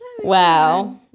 Wow